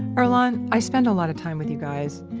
earlonne, i spend a lot of time with you guys,